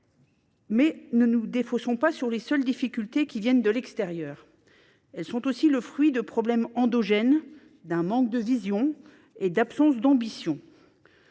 ne nous défaussons pas en pensant que les seules difficultés viennent de l’extérieur. Elles sont aussi le fruit de problèmes endogènes, d’un manque de vision et d’une absence d’ambition.